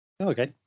okay